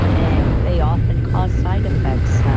and they often cause side effects,